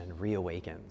reawakens